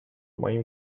моим